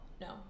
no